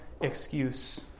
excuse